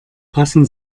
passen